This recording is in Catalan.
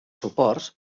suports